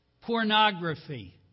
pornography